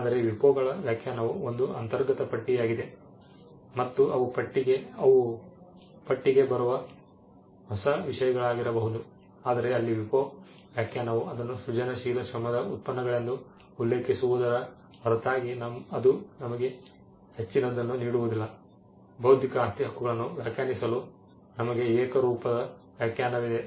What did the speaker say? ಆದರೆ WIPO ಗಳ ವ್ಯಾಖ್ಯಾನವು ಒಂದು ಅಂತರ್ಗತ ಪಟ್ಟಿಯಾಗಿದೆ ಮತ್ತು ಅವು ಪಟ್ಟಿಗೆ ಬರುವ ಹೊಸ ವಿಷಯಗಳಾಗಿರಬಹುದು ಆದರೆ ಅಲ್ಲಿ WIPO ವ್ಯಾಖ್ಯಾನವು ಅದನ್ನು ಸೃಜನಶೀಲ ಶ್ರಮದ ಉತ್ಪನ್ನಗಳೆಂದು ಉಲ್ಲೇಖಿಸುವುದರ ಹೊರತಾಗಿ ಅದು ನಮಗೆ ಹೆಚ್ಚಿನದನ್ನು ನೀಡುವುದಿಲ್ಲ ಬೌದ್ಧಿಕ ಆಸ್ತಿ ಹಕ್ಕುಗಳನ್ನು ವ್ಯಾಖ್ಯಾನಿಸಲು ನಮಗೆ ಏಕರೂಪದ ವ್ಯಾಖ್ಯಾನವಿದೆ